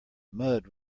mud